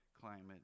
climate